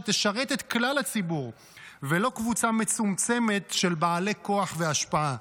שתשרת את כלל הציבור ולא קבוצה מצומצמת של בעלי כוח והשפעה.